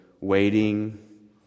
waiting